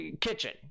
kitchen